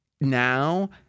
now